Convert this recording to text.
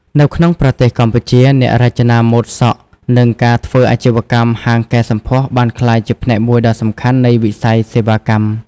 នៅក្នុងប្រទេសកម្ពុជា អ្នករចនាម៉ូដសក់និងការធ្វើអាជីវកម្មហាងកែសម្ផស្សបានក្លាយជាផ្នែកមួយដ៏សំខាន់នៃវិស័យសេវាកម្ម។